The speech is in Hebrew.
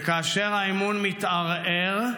וכאשר האמון מתערער,